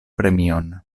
premion